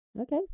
Okay